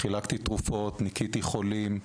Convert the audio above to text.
חילקתי אז תרופות, ניקיתי חולים,